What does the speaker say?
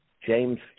James